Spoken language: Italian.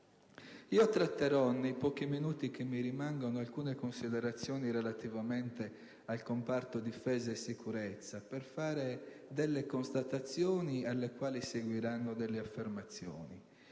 propinato. Nei pochi minuti che mi rimangono svolgerò alcune considerazioni relativamente al comparto difesa e sicurezza per fare delle constatazioni alle quali seguiranno delle affermazioni.